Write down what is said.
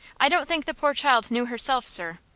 i don't think the poor child knew herself, sir.